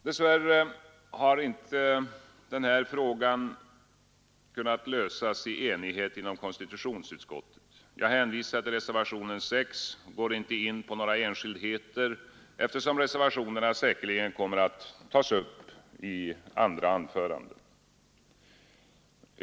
Dessvärre har inte heller den här frågan kunnat lösas i enighet inom konstitutionsutskottet. Jag hänvisar till reservationen 6. Jag går inte in på några enskildheter, eftersom reservationerna säkerligen kommer att tas upp i andra anföranden.